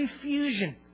confusion